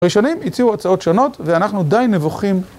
ראשונים הציעו הצעות שונות ואנחנו די נבוכים